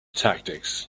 tactics